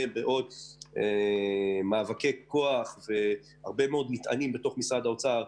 מאוד מאבקי כוח והרבה מאוד --- בתוך משרד האוצר,